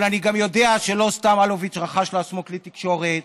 אבל אני גם יודע שלא סתם אלוביץ' רכש לעצמו כלי תקשורת,